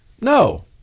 no